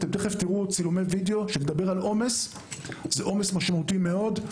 תיכף תראו צילומי וידיאו ותראו עומס משמעותי מאוד.